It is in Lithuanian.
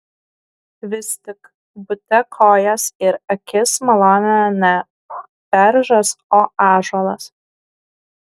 vis tik bute kojas ir akis malonina ne beržas o ąžuolas